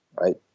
right